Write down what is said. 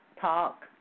talk